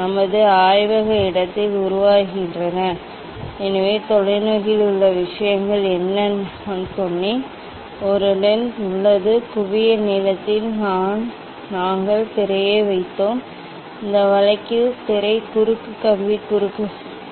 நமது ஆய்வக இடத்தில் உருவாகின்றன எனவே தொலைநோக்கியில் உள்ள விஷயங்கள் என்ன நான் சொன்னேன் ஒரு லென்ஸ் உள்ளது குவிய நீளத்தில் நாங்கள் திரையை வைத்தோம் இந்த வழக்கில் திரை குறுக்கு கம்பி குறுக்கு கம்பி